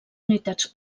unitats